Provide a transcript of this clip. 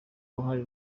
uruhare